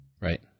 Right